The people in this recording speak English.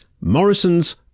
Morrison's